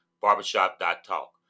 Barbershop.talk